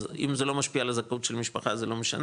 אם זה לא משפיע על הזכאות של משפחה זה לא משנה,